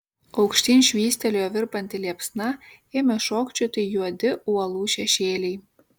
aukštyn švystelėjo virpanti liepsna ėmė šokčioti juodi uolų šešėliai